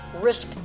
risk